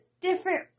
different